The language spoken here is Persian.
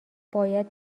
باید